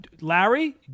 Larry